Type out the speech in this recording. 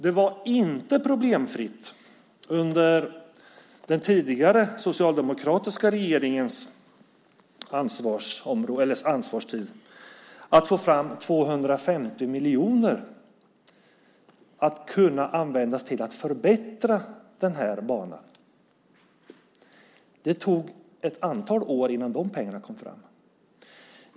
Det var inte problemfritt att under den tidigare, socialdemokratiska regeringens tid få fram 250 miljoner att använda till att förbättra den här banan. Det tog ett antal år innan de pengarna kom fram.